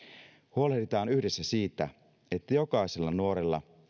huolehditaan yhdessä siitä että jokaisella nuorella